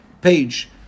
page